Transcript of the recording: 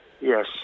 Yes